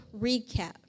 recap